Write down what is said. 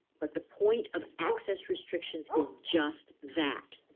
but the point of access restrictions is just that.